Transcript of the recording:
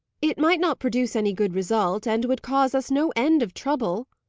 it might not produce any good result, and would cause us no end of trouble,